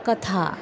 कथा